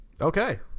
Okay